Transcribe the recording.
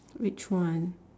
which one